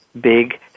big